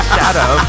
Shadow